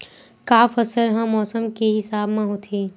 का फसल ह मौसम के हिसाब म होथे?